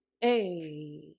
Hey